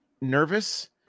nervous